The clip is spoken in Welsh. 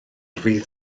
fudd